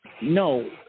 No